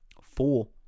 Four